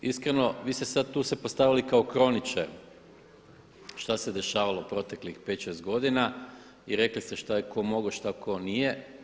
Iskreno vi ste sad tu se postavili kao kroničar šta se dešavalo proteklih pet, šest godina i rekli ste šta je tko mogao, šta tko nije.